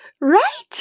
Right